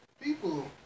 people